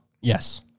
yes